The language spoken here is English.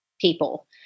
people